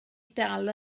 dal